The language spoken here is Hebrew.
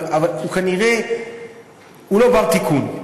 אבל הוא כנראה לא בר-תיקון.